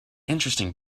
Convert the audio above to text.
interesting